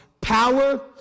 power